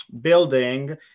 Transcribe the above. building